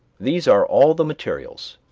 these are all the materials,